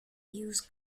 views